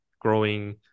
growing